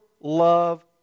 love